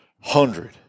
hundred